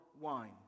wine